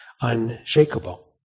unshakable